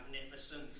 Magnificent